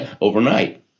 overnight